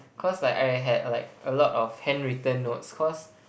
cause like I had like a lot of handwritten notes cause